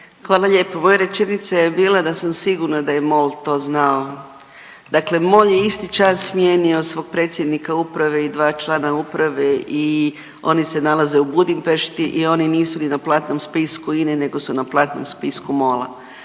Hvala lijepo. Moja rečenica je bila da sam sigurna da je MOL to znao. Dakle, MOL je isti čas smijenio svog predsjednika uprave i 2 člana uprave i oni se nalaze u Budimpešti i oni nisu ni na platnom spisku INE nego su na platnom spisku MOLA,